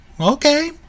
Okay